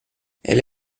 elle